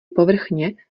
povrchně